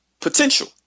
potential